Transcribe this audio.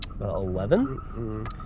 Eleven